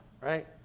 right